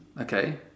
okay